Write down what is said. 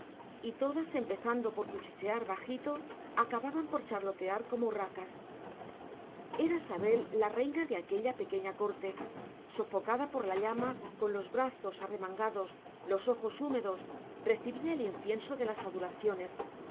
y todas empezando por cuchichear bajito acababan por charlotear como urracas era sabel la reina de aquella pequeña corte sofocada por la llama con los brazos arremangados los ojos húmedos recibía el incienso de las